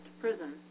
prison